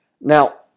Now